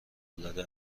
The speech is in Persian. العاده